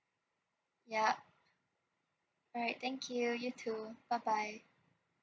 ya alright thank you you too bye bye